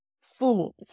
Fool